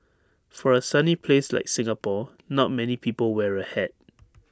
for A sunny place like Singapore not many people wear A hat